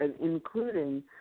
including